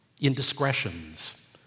indiscretions